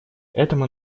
этому